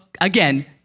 again